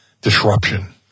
disruption